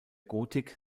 gotik